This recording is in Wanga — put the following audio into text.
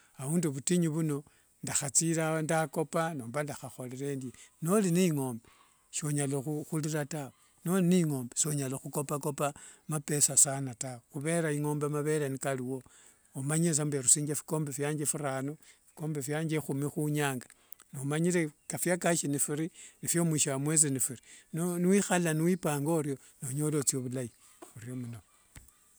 Aundi vutinyu vuno ndakhathire ndakopa nomba ndakhakhorere endie nori ne ingombe sonyala khukopakopa mapesa sana tawe khuvera ingombe mavere nikariwo omanyire sa mbu erusianga vikombe vyange phirano phikombe phiange ekhumi khunyanga omanyire vyakashi niphiri phia mwisho wa mwezi ni phiri niwikhala niwipanga orio nonyola othia vulai murio muno.